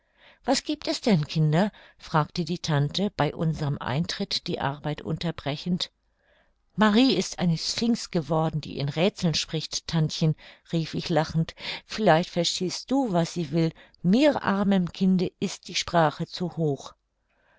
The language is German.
was giebt es denn kinder fragte die tante bei unserm eintritt ihre arbeit unterbrechend marie ist eine sphynx geworden die in räthseln spricht tantchen rief ich lachend vielleicht verstehst du was sie will mir armen kinde ist die sprache zu hoch